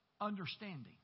understanding